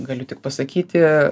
galiu tik pasakyti